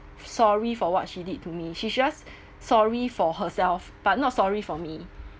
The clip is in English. sorry for what she did to me she's just sorry for herself but not sorry for me